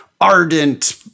ardent